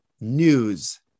news